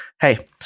Hey